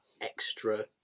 extra